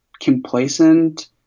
complacent